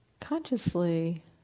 consciously